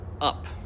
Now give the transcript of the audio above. up